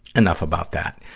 enough about that.